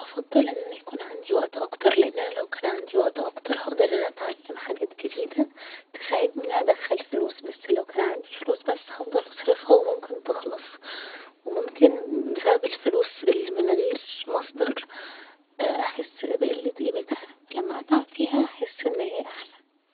افضل ان أنا يكون عندي وقت اكتر لان أنا لو كان عندي وقت اكتر هقدر إن أنا أتعلم حاجات جديدة تساعدني إن أنا ادخل فلوس بس لو كان عندي فلوس بس هفضل اصرفها و ممكن تخلص و ممكن بسبب الفلوس اللي من غير مصدر احس بقلة قيمتها لما اتعب فيها هحس ان هي احسن